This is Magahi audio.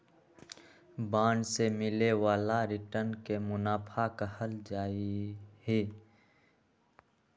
बांड से मिले वाला रिटर्न के मुनाफा कहल जाहई